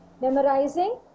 memorizing